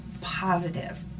positive